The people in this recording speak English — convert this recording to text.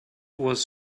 was